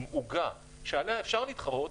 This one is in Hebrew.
עם עוגה שעליה אפשר להתחרות,